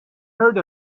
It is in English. heard